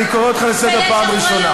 אני קורא אותך לסדר פעם ראשונה.